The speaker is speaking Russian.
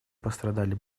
пострадали